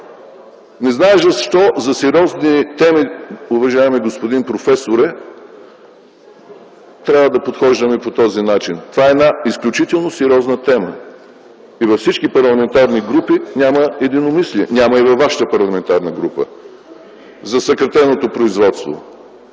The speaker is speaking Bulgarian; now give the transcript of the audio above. не зная защо за сериозни теми, уважаеми господин професоре, трябва да подхождаме по този начин. Това е една изключително сериозна тема и във всички парламентарни групи няма единомислие. Няма го и във Вашата парламентарната група - за съкратеното производство.